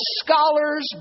scholars